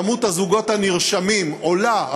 מספר הזוגות הנרשמים עולה,